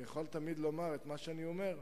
אני יכול לומר את מה שאני אומר: